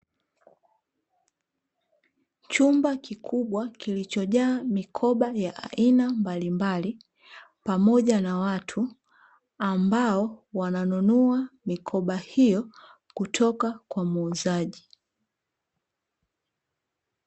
Chumba kikubwa kilichojaa mikoba ya aina mbalimbali pamoja na watu, ambao wananunua mikoba hiyo kutoka kwa muuzaji.